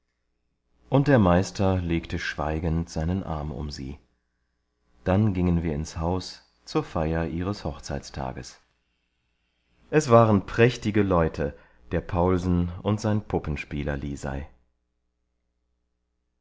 und der meister legte schweigend seinen arm um sie dann gingen wir ins haus zur feier ihres hochzeitstages es waren prächtige leute der paulsen und sein puppenspieler lisei